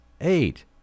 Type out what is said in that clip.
eight